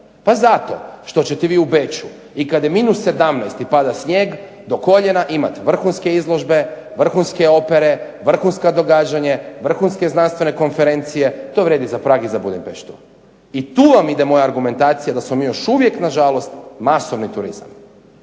Pa zato što ćete vi u Beču i kada je -17 i pada snijeg do koljena imati vrhunske izložbe, vrhunske opere, vrhunska događanja, vrhunske znanstvene konferencije. To vrijedi i za Prag i za Budimpeštu. I tu vam ide moja argumentacija da smo mi još uvijek na žalost masovni turizam